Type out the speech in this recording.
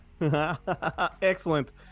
Excellent